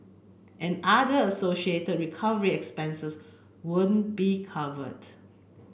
and other associated recovery expenses won't be covered